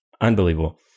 Unbelievable